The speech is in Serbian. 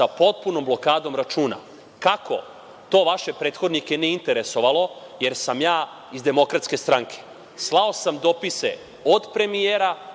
sa potpunom blokadom računa. Kako? To vaše prethodnike nije interesovalo jer sam ja iz DS-a. Slao sam dopise od premijera,